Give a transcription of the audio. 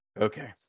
Okay